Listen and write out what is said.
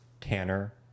tanner